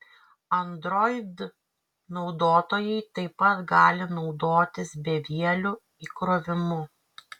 android naudotojai taip pat gali naudotis bevieliu įkrovimu